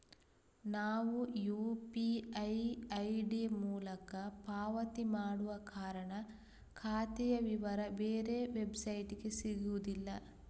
ನಾವು UPI ID ಮೂಲಕ ಪಾವತಿ ಮಾಡುವ ಕಾರಣ ಖಾತೆಯ ವಿವರ ಬೇರೆ ವೆಬ್ಸೈಟಿಗೆ ಸಿಗುದಿಲ್ಲ